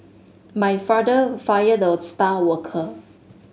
my father fired the star worker